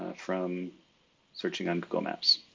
from searching on google maps.